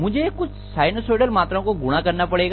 मुझे कुछ साइनसोइडल मात्राओं को गुणा करना पड़ेगा